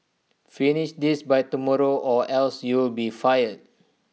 finish this by tomorrow or else you'll be fired